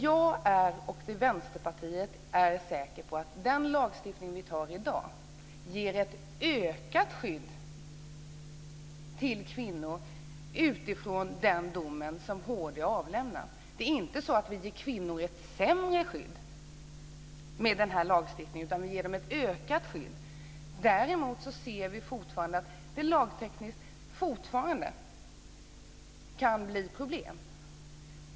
Jag och Vänsterpartiet är säkra på att den lagstiftning vi beslutar om i dag ger ett ökat skydd för kvinnor, utifrån den dom som HD avlämnar. Det är inte så att vi ger kvinnor ett sämre skydd med denna lagstiftning, utan vi ger dem ett ökat skydd. Däremot ser vi att det lagtekniskt fortfarande kan bli problem.